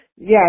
Yes